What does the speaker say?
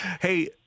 Hey